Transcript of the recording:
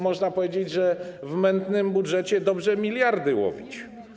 Można powiedzieć, że w mętnym budżecie dobrze miliardy łowić.